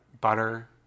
butter